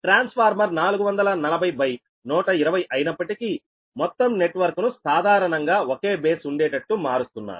transformer 440120 అయినప్పటికీ మొత్తం network ను సాధారణంగా ఒకే బేస్ ఉండేటట్టు మారుస్తున్నారు